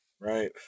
Right